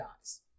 dies